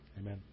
Amen